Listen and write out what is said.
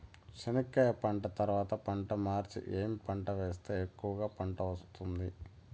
చెనక్కాయ పంట తర్వాత పంట మార్చి ఏమి పంట వేస్తే ఎక్కువగా పంట వస్తుంది?